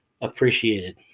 appreciated